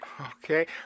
okay